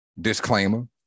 Disclaimer